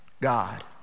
God